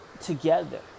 together